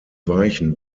weichen